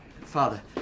Father